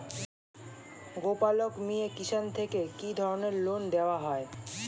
গোপালক মিয়ে কিষান থেকে কি ধরনের লোন দেওয়া হয়?